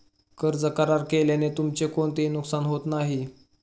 कर्ज करार केल्याने तुमचे कोणतेही नुकसान होत नाही